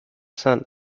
sun